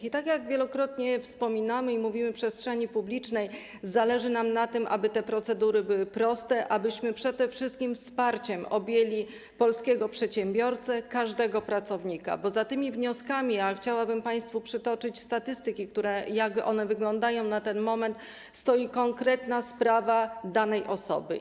I tak jak wielokrotnie wspominamy i przekazujemy w przestrzeni publicznej, zależy nam na tym, aby te procedury były proste, abyśmy przede wszystkim objęli wsparciem polskiego przedsiębiorcę, każdego pracownika, bo za tymi wnioskami - a chciałabym państwu przytoczyć statystyki, jak one wyglądają na ten moment - stoi konkretna sprawa danej osoby.